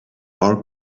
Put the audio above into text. our